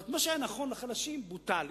זאת אומרת, מה שהיה נכון לחלשים, בוטל.